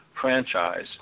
franchise